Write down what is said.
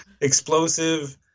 Explosive